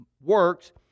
works